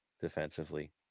defensively